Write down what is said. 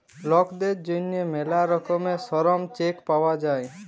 লকদের জ্যনহে ম্যালা রকমের শরম চেক পাউয়া যায়